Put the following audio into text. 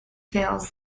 fails